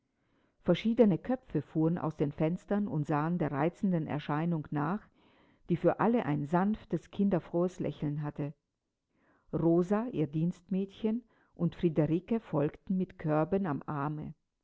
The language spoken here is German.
verschiedene köpfe fuhren aus den fenstern und sahen der reizenden erscheinung nach die für alle ein sanftes kinderfrohes lächeln hatte rosa ihr dienstmädchen und friederike folgten mit körben am arme